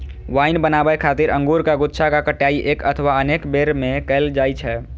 wine बनाबै खातिर अंगूरक गुच्छाक कटाइ एक अथवा अनेक बेर मे कैल जाइ छै